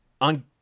on